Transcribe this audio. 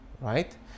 Right